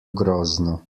grozno